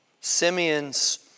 Simeon's